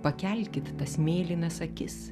pakelkit tas mėlynas akis